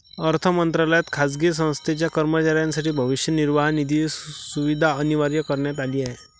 अर्थ मंत्रालयात खाजगी संस्थेच्या कर्मचाऱ्यांसाठी भविष्य निर्वाह निधीची सुविधा अनिवार्य करण्यात आली आहे